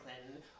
Clinton